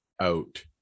out